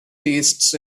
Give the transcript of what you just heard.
tastes